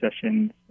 sessions